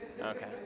Okay